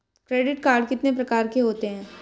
Credit card कितने प्रकार के होते हैं?